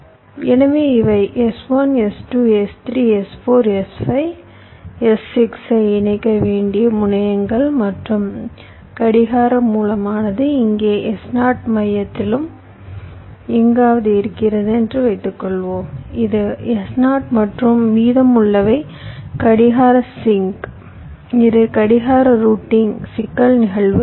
எனவே இவை S1 S2 S3 S4 S5 S6 ஐ இணைக்க வேண்டிய முனையங்கள் மற்றும் கடிகார மூலமானது இங்கே S0 மையத்தில் எங்காவது இருக்கிறது என்று வைத்துக்கொள்வோம் இது S0 மற்றும் மீதமுள்ளவை கடிகார சிங்க் இது கடிகார ரூட்டிங் சிக்கல் நிகழ்வு